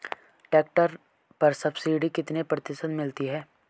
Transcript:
Tractor पर subsidy कितने प्रतिशत मिलती है?